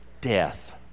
Death